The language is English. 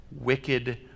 wicked